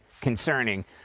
concerning